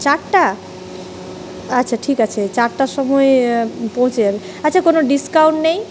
চারটে আচ্ছা ঠিক আছে চারটের সময় পৌঁছে যাবে আচ্ছা কোনো ডিসকাউন্ট নেই